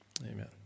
Amen